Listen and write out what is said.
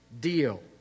deal